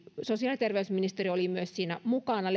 sosiaali ja terveysministeriö oli myös mukana